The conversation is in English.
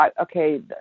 Okay